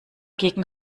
gegen